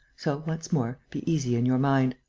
so, once more, be easy in your mind.